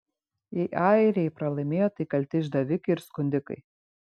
jei airiai pralaimėjo tai kalti išdavikai ir skundikai